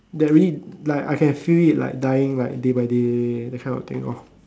that really like I can feel it like dying like day by day that kind of thing loh